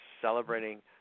celebrating